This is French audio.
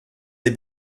des